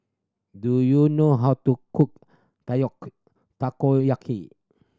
do you know how to cook Takoyaki